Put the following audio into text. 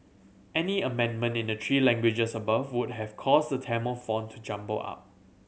any amendment in the three languages above would have caused the Tamil font to jumble up